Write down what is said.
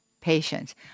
patience